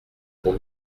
pour